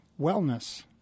wellness